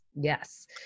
Yes